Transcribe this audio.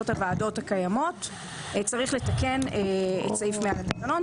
הוועדות הקיימות צריך לתקן את סעיף 100 לתקנון.